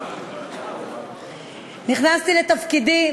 נכנסתי לתפקידי,